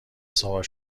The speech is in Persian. سوار